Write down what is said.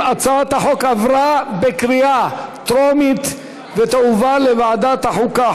הצעת החוק עברה בקריאה טרומית ותועבר לוועדת החוקה,